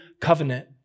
covenant